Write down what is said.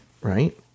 right